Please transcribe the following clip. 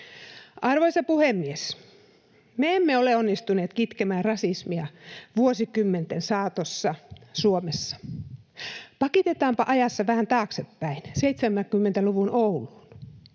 Arvoisa puhemies! Me emme ole onnistuneet kitkemään rasismia vuosikymmenten saatossa Suomessa. Pakitetaanpa ajassa vähän taaksepäin, 70-luvun Ouluun.